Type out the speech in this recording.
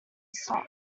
stop